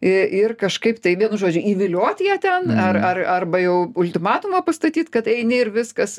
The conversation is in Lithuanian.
i ir kažkaip tai vienu žodžiu įvilioti ją ten ar ar arba jau ultimatumą pastatyt kad eini ir viskas